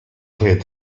cleared